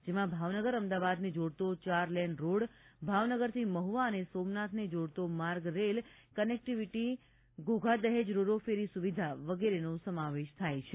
જેમાં ભાવનગર અમદાવાદને જોડતો ચાર લેન રોડ ભાવનગર થી મહુવા અને સોમનાથને જોડતો માર્ગ rail connectivity Ghogha Dahej ro ro ferry સુવિધા વગેરેનો સમાવેશ થાય છે